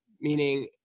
Meaning